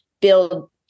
build